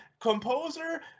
composer